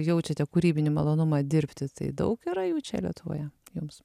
jaučiate kūrybinį malonumą dirbti tai daug yra jų čia lietuvoje jums